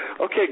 okay